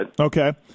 Okay